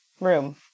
Room